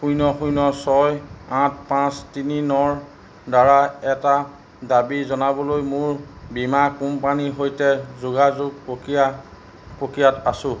শূন্য শূন্য ছয় আঠ পাঁচ তিনি নৰ দ্বাৰা এটা দাবী জনাবলৈ মোৰ বীমা কোম্পানীৰ সৈতে যোগাযোগ পক্ৰিয়া পক্ৰিয়াত আছো